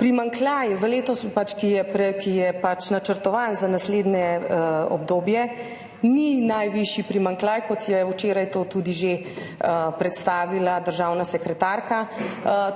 Primanjkljaj, ki je načrtovan za naslednje obdobje, ni najvišji primanjkljaj, kot je včeraj to tudi že predstavila državna sekretarka,